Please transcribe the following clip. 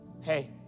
Hey